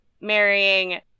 marrying